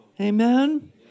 Amen